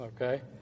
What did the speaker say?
okay